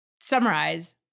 summarize